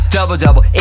Double-double